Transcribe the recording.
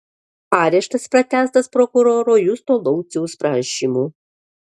areštas pratęstas prokuroro justo lauciaus prašymu